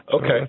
okay